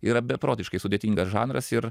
yra beprotiškai sudėtingas žanras ir